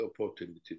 opportunity